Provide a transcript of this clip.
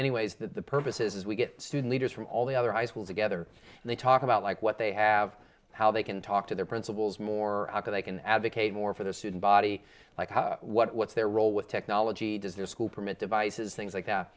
anyways the purpose is we get student leaders from all the other high school together and they talk about like what they have how they can talk to their principals more they can advocate more for their student body like how what's their role with technology does their school permit devices things like that